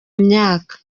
myaka